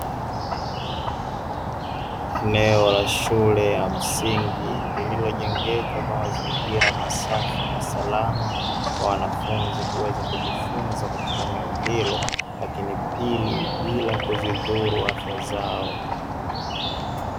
Eneo la shule ya msingi lililojengeka kwa mazingira safi na salama kwa wanafunzi kuweza kujifunza katika eneo hili, lakini pili bila kuzidhuru afya zao.